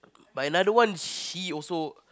my another one she also